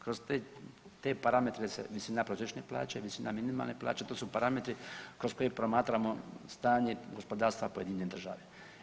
Kroz te parametre se visina prosječne plaće i visina minimalne plaće, to su parametri kroz koje promatramo stanje gospodarstva pojedine države.